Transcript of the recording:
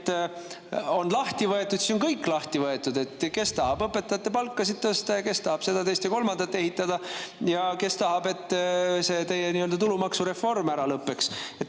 on lahti võetud, siis on kõik lahti võetud – kes tahab õpetajate palkasid tõsta ja kes tahab seda, teist ja kolmandat ehitada ja kes tahab, et see teie tulumaksureform ära lõpeks.